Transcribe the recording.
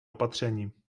opatření